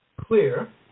clear